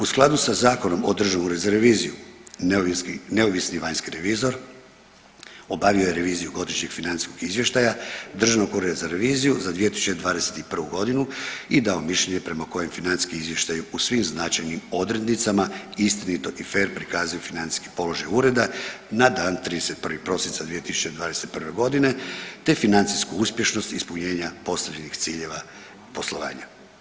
U skladu sa Zakonom o Državnom uredu za reviziju neovisni vanjski revizor obavio je reviziju godišnjeg financijskog izvještaja Državnog ureda za reviziju za 2021.g. i dao mišljenje prema kojem financijski izvještaj u svim značajnim odrednicama istinito i fer prikazuje financijski položaj ureda na dan 31. prosinca 2021.g. te financijsku uspješnost ispunjenja poslovnih ciljeva poslovanja.